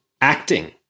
acting